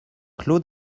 clos